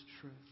truth